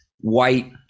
white